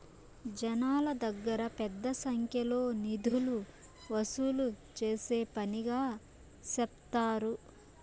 జనాల దగ్గర పెద్ద సంఖ్యలో నిధులు వసూలు చేసే పనిగా సెప్తారు